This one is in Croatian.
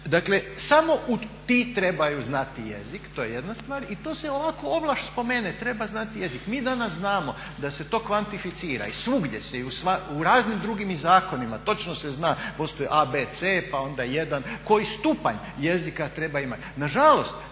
Samo ti trebaju znati jezik, to je jedna stvar i to se ovako ovlaš spomene, treba znati jezik. Mi danas znamo da se to kvantificira i svugdje se i u raznim drugim zakonima, točno se zna, postoji A,B,C pa onda 1 koji stupanj jezika treba imati. Nažalost,